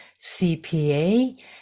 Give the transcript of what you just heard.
CPA